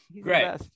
Great